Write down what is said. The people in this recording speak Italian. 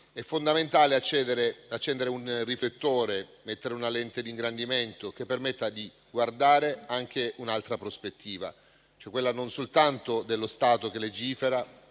È fondamentale accendere un riflettore e mettere una lente di ingrandimento che permetta di guardare anche da un'altra prospettiva, cioè quella dello Stato che non soltanto legifera,